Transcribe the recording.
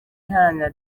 iharanira